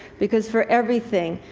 because for everything,